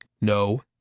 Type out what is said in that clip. No